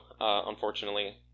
unfortunately